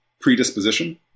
predisposition